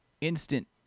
instant